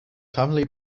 family